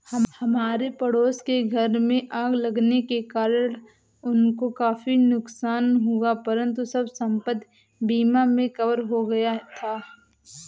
हमारे पड़ोस के घर में आग लगने के कारण उनको काफी नुकसान हुआ परंतु सब संपत्ति बीमा में कवर हो गया था